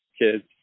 kids